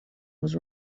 was